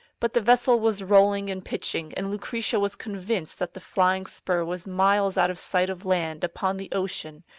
but the vessel was rolling and pitching, and lucretia was convinced that the flying spur was miles out of sight of land upon the ocean,